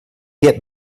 get